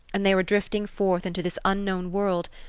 and they were drifting forth into this unknown world,